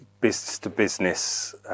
business-to-business